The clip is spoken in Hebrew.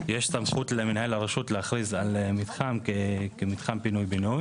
יש סמכות למנהל הרשות להכריז על מתחם כמתחם פינוי בינוי.